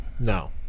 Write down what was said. No